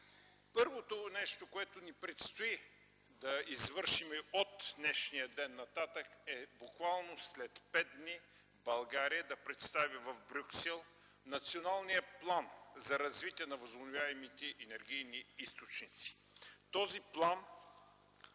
Първото нещо, което ни предстои да извършим от днешния ден нататък, буквално е след пет дни – България да представи в Брюксел Националния план за развитие на възобновяемите енергийни източници. Всъщност,